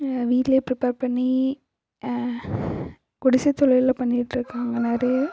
வீட்டில் ப்ரிப்பேர் பண்ணி குடிசை தொழில்ல பண்ணிகிட்டிருக்காங்க நிறைய